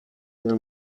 nel